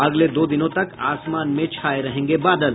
अगले दो दिनों तक आसमान में छाये रहेंगे बादल